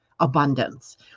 abundance